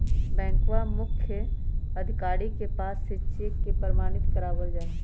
बैंकवा के मुख्य अधिकारी के पास से चेक के प्रमाणित करवावल जाहई